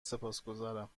سپاسگزارم